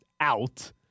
out